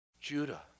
Judah